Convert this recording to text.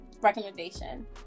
recommendation